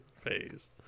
phase